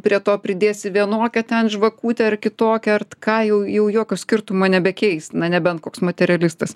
prie to pridėsi vienokią ten žvakutę ar kitokią art ką jau jau jokio skirtumo nebekeis na nebent koks materialistas